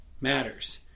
matters